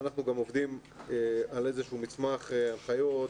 אנחנו גם עובדים על איזשהו מסמך הנחיות.